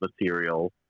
material